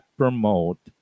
promote